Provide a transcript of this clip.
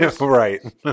Right